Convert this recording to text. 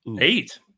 Eight